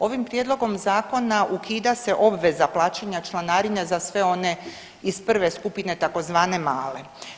Ovim prijedlogom zakona ukida se obveza plaćanja članarina za sve one iz prve skupine, tzv. male.